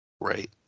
Right